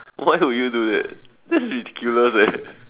why would you do that that's ridiculous eh